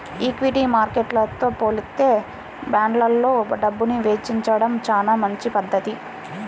equity మార్కెట్టుతో పోలిత్తే బాండ్లల్లో డబ్బుని వెచ్చించడం చానా మంచి పధ్ధతి